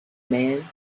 man